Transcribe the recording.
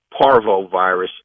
parvovirus